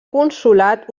consolat